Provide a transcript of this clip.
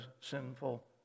sinful